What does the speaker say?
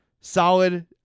solid